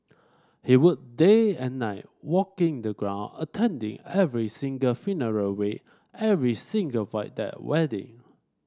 he work day and night walking the ground attending every single funeral wake every single Void Deck wedding